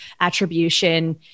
attribution